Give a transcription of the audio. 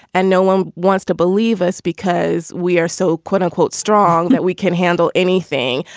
and no one wants to believe us because we are so, quote unquote, strong that we can handle anything.